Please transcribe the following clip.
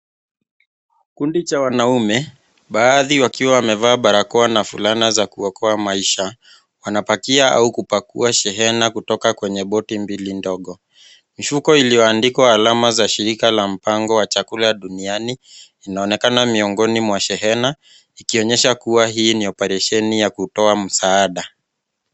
Kundi cha wanaume, baadhi wakiwa wamevaa barakoa na fulana za kuokoa maisha wanabakia na kupakua shehena za kutoka kwenye boti iliyo ndogo. Mishuko yenye alama ilioandikwa